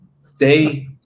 stay